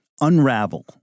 unravel